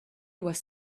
was